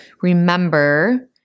remember